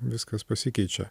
viskas pasikeičia